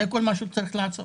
זה כל מה שהוא צריך לעשות